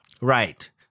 Right